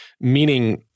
meaning